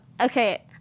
okay